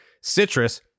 citrus